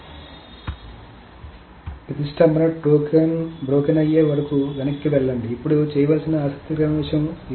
కాబట్టి ప్రతిష్టంభన బ్రోకెన్ అయ్యే వరకు వెనక్కి వెళ్లండి ఇప్పుడు చేయవలసిన ఆసక్తికరమైన విషయం ఇది